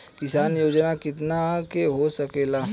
किसान योजना कितना के हो सकेला?